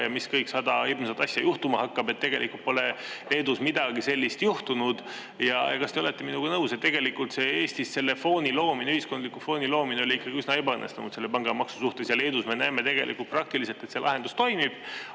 ja mis kõik sada hirmsat asja juhtuma hakkab. Tegelikult pole Leedus midagi sellist juhtunud. Ja kas te olete minuga nõus, et tegelikult Eestis selle fooni loomine, ühiskondliku fooni loomine oli ikkagi üsna ebaõnnestunud selle pangamaksu suhtes. Leedus me näeme tegelikult praktiliselt, et see lahendus toimib.